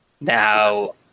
Now